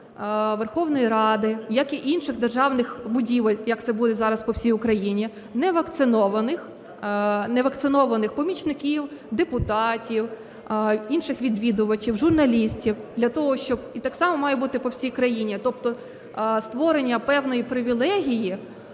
Верховної Ради, як і інших державних будівель, як це буде зараз по всій Україні, невакцинованих помічників, депутатів, інших відвідувачів, журналістів, для того, щоб… І так само має бути по всій країні. Тобто створення певного привілею